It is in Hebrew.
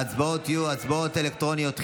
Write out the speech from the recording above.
ההצבעות יהיו הצבעות אלקטרוניות.